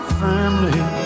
family